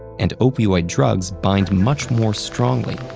and opioid drugs bind much more strongly,